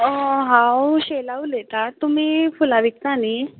हांव शैला उलयतां तुमी फुलां विकता न्ही